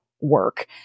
work